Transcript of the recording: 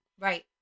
Right